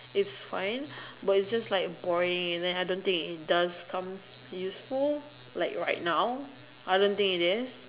it's fine but it's just like boring and then I don't think it does come useful like right now I don't think it is